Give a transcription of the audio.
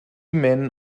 men